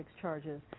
charges